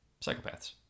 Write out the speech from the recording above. psychopaths